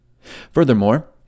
Furthermore